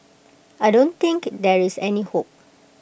I don't think there is any hope